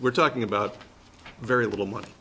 we're talking about very little money